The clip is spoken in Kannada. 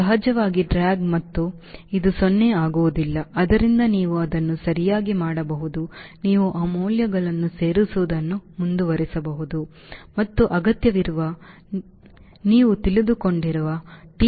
ಸಹಜವಾಗಿ ಡ್ರ್ಯಾಗ್ ಮತ್ತು ಇದು 0 ಆಗಿರುವುದಿಲ್ಲ ಆದ್ದರಿಂದ ನೀವು ಅದನ್ನು ಸರಿಯಾಗಿ ಮಾಡಬಹುದು ನೀವು ಆ ಮೌಲ್ಯಗಳನ್ನು ಸೇರಿಸುವುದನ್ನು ಮುಂದುವರಿಸಬಹುದು ಮತ್ತು ಅಗತ್ಯವಿರುವದನ್ನು ನೀವು ತಿಳಿದುಕೊಳ್ಳುತ್ತೀರಿ